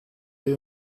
you